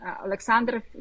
Alexander